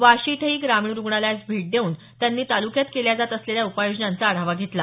वाशी इथंही ग्रामीण रुग्णालयास भेट देऊन त्यांनी तालुक्यात केल्या जात असलेल्या उपाययोजनांचा आढावा घेतला